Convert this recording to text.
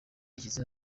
yashyize